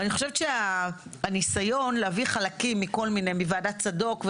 אני חושבת שהניסיון להביא חלקים מכל מיני מוועדת צדוק,